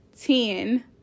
ten